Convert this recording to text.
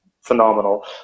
phenomenal